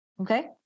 Okay